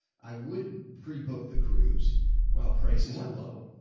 i wouldn't pre-book the crews while prices are low,